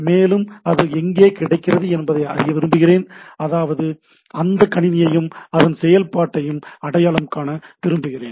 மேலும் அது எங்கே கிடைக்கிறது என்பதை நான் அறிய விரும்புகிறேன் அதாவது அந்த கணினியையும் அதன் செயல்முறையையும் அடையாளம் காண விரும்புகிறேன்